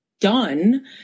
done